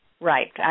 Right